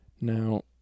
Now